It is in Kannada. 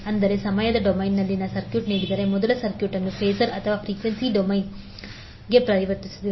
ಅಂದರೆ ಸಮಯದ ಡೊಮೇನ್ನಲ್ಲಿ ಸರ್ಕ್ಯೂಟ್ ನೀಡಿದರೆ ಮೊದಲು ಸರ್ಕ್ಯೂಟ್ ಅನ್ನು ಫಾಸರ್ ಅಥವಾ ಫ್ರೀಕ್ವೆನ್ಸಿ ಡೊಮೇನ್ಗೆ ಪರಿವರ್ತಿಸುತ್ತದೆ